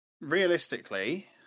realistically